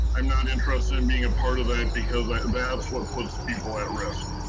i'm not interested in being a part of that because that's what puts people at risk.